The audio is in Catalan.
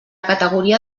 categoria